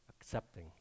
accepting